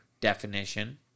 definition